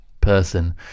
person